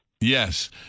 yes